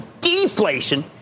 deflation